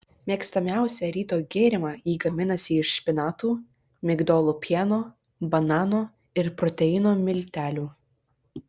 mėgstamiausią ryto gėrimą ji gaminasi iš špinatų migdolų pieno banano ir proteino miltelių